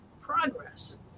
progress